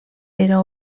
era